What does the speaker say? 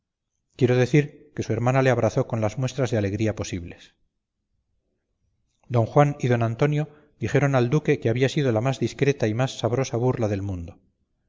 quiero decir que su hermana le abrazó con las muestras de alegría posibles don juan y don antonio dijeron al duque que había sido la más discreta y más sabrosa burla del mundo